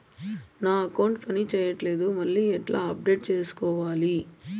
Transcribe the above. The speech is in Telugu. నా అకౌంట్ పని చేయట్లేదు మళ్ళీ ఎట్లా అప్డేట్ సేసుకోవాలి?